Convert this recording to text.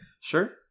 Sure